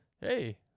Hey